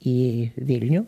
į vilnių